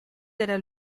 della